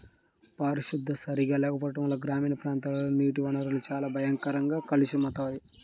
పారిశుద్ధ్యం సరిగా లేకపోవడం గ్రామీణ ప్రాంతాల్లోని నీటి వనరులు చాలా భయంకరంగా కలుషితమవుతున్నాయి